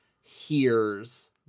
hears